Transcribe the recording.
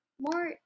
more